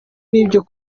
n’ibyo